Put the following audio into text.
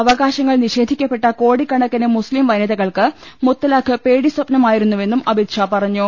അവകാശ ങ്ങൾ നിഷേധിക്കപ്പെട്ട കോടിക്കണക്കിന് മുസ്ലിം വനിതകൾക്ക് മുത്തലാഖ് പേടിസ്വപ്നമായിരുന്നുവെന്നും അമിത് ഷാ പറഞ്ഞു